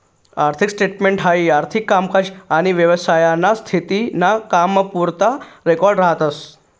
आर्थिक स्टेटमेंट हाई आर्थिक कामकाज आनी व्यवसायाना स्थिती ना कामपुरता रेकॉर्ड राहतस